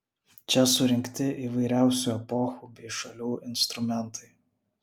čia surinkti įvairiausių epochų bei šalių instrumentai